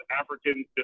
African